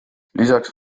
lisaks